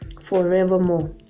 forevermore